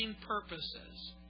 purposes